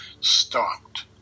stopped